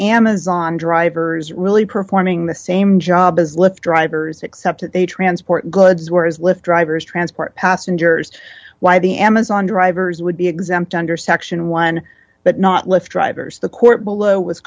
amazon drivers really performing the same job as lift drivers except that they transport goods were his lyf drivers transport passengers why the amazon drivers would be exempt under section one but not lift drivers the court below was